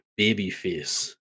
babyface